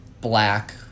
black